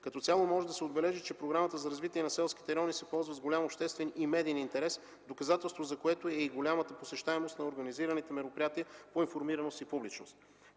Като цяло може да се отбележи, че Програмата за развитие на селските райони се ползва с голям обществен и медиен интерес, доказателство за което е и голямата посещаемост на организираните мероприятия по информираност и публичност.